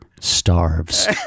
starves